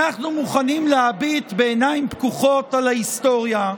מוכנים להביט בעיניים פקוחות על ההיסטוריה,